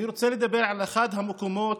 אני רוצה לדבר על אחד המקומות,